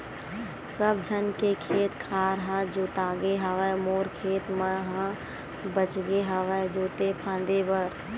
सब झन के खेत खार ह जोतागे हवय मोरे खेत मन ह बचगे हवय जोते फांदे बर